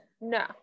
no